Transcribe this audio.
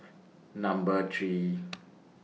Number three